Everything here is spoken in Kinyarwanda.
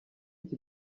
iki